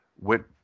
went